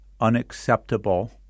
unacceptable